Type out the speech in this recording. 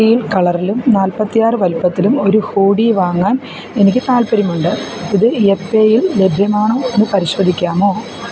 teal കളറിലും നാല്പത്തിയാറ് വലുപ്പത്തിലും ഒരു ഹൂഡി വാങ്ങാൻ എനിക്ക് താൽപ്പര്യമുണ്ട് ഇത് യെപ്മേയിൽ ലഭ്യമാണോ എന്ന് പരിശോധിക്കാമോ